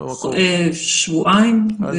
שבועיים.